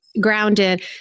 grounded